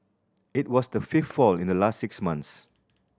it was the fifth fall in the last six months